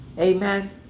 Amen